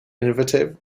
innovative